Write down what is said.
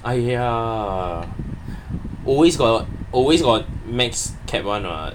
!aiya! always got always got max cap [one] [what]